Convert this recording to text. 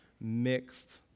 mixed